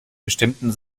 bestimmten